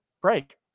break